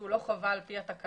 שהוא לא חובה על פי התקנות.